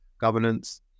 governance